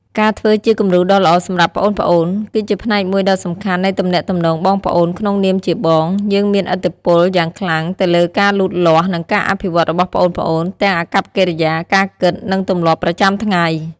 ការធ្វើជាគំរូដ៏ល្អសម្រាប់ប្អូនៗ គឺជាផ្នែកមួយដ៏សំខាន់នៃទំនាក់ទំនងបងប្អូន ក្នុងនាមជាបង យើងមានឥទ្ធិពលយ៉ាងខ្លាំងទៅលើការលូតលាស់ និងការអភិវឌ្ឍរបស់ប្អូនៗ ទាំងអាកប្បកិរិយា ការគិត និងទម្លាប់ប្រចាំថ្ងៃ ។